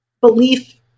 belief